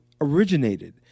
originated